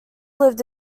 lived